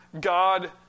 God